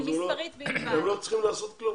הם לא צריכים לעשות כלום.